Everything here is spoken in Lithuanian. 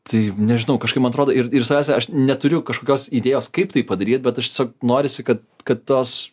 tai nežinau kažkaip man atrodo ir ir svarbiausia aš neturiu kažkokios idėjos kaip tai padaryt bet aš tiesiog norisi kad kad tos